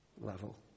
level